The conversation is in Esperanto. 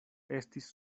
estis